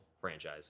franchise